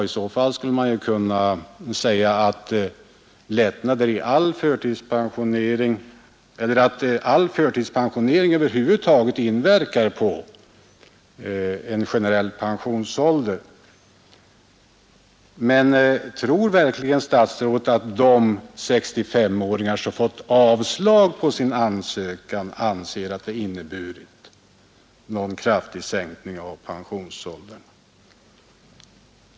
I så fall skulle man kunna säga att all förtidspensionering inverkar på den generella pensionsåldern. Men tror verkligen statsrådet att de 65-åringar som har fått avslag på sin ansökan om förtidspension anser att lättnaderna har inneburit någon kraftig sänkning av pensionsåldern?